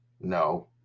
no